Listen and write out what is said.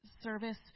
service